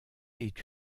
est